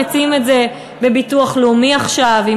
מציעים את זה בביטוח לאומי עכשיו עם